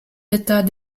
d’état